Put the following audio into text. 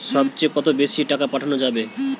সব চেয়ে কত বেশি টাকা পাঠানো যাবে?